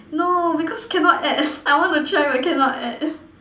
no because cannot add I want to try but cannot add